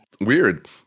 weird